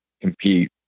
compete